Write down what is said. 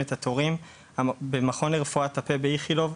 התורים במכון לרפואת הפה באיכילוב,